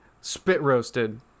spit-roasted